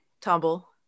tumble